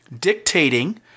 dictating